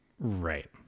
Right